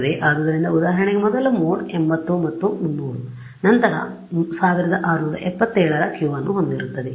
ಆದ್ದರಿಂದ ಉದಾಹರಣೆಗೆ ಮೊದಲ ಮೋಡ್ 80 ಮತ್ತು 300 ಮತ್ತು ನಂತರ 1677 ರ Q ಅನ್ನು ಹೊಂದಿರುತ್ತದೆ